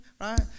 right